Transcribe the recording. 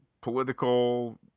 political